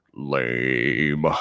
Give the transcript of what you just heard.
lame